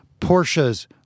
Porsches